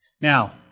Now